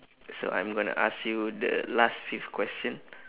so I'm gonna ask you the last fifth question